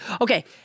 Okay